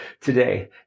today